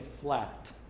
flat